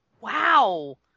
wow